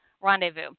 rendezvous